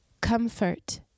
Comfort